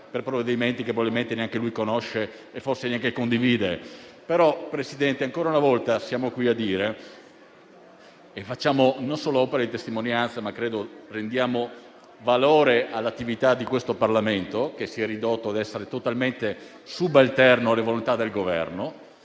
per provvedimenti che probabilmente neanche conosce né condivide, però, Presidente, ancora una volta facendo non solo opera di testimonianza, ma rendendo anche valore all'attività di questo Parlamento, che si è ridotto ad essere totalmente subalterno alle volontà del Governo